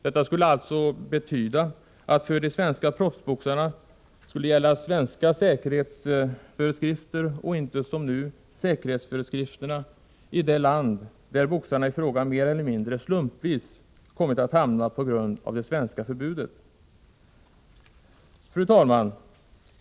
Detta skulle betyda att för de svenska proffsboxarna skulle gälla svenska säkerhetsföreskrifter och inte som nu säkerhetsföreskrifterna i det land där boxaren i fråga mer eller mindre slumpvis kommit att hamna på grund av det svenska förbudet. Fru talman!